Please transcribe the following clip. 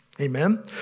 Amen